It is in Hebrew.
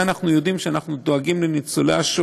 אנחנו מוסיפים את חבר הכנסת